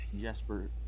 Jesper